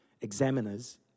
examiners